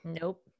nope